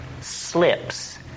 slips